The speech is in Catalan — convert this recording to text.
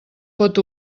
pot